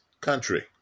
country